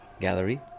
gallery